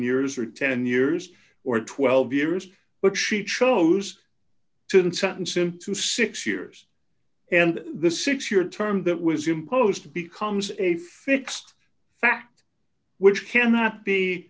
years or ten years or twelve years but she chose to and sentence him to six years and the six year term that was imposed becomes a fixed fact which cannot be